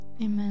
Amen